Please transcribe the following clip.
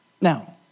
Now